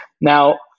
Now